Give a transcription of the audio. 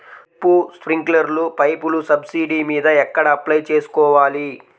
Drip, స్ప్రింకర్లు పైపులు subsidy మీద ఎక్కడ అప్లై చేసుకోవాలి?